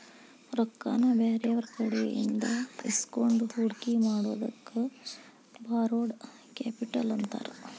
ರೊಕ್ಕಾನ ಬ್ಯಾರೆಯವ್ರಕಡೆಇಂದಾ ಇಸ್ಕೊಂಡ್ ಹೂಡ್ಕಿ ಮಾಡೊದಕ್ಕ ಬಾರೊಡ್ ಕ್ಯಾಪಿಟಲ್ ಅಂತಾರ